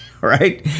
right